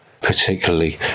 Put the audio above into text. particularly